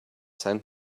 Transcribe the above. sent